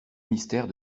mystère